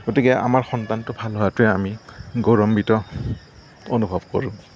গতিকে আমাৰ সন্তানটো ভাল হোৱাটোৱে আমি গৌৰৱান্বিত অনুভৱ কৰোঁ